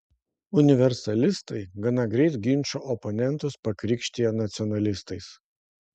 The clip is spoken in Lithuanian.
universalistai gana greit ginčo oponentus pakrikštija nacionalistais